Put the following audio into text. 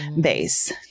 base